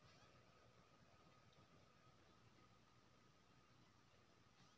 Laterite माटी की तैयारी केना करिए आर केना फसल उचित रहते?